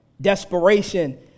desperation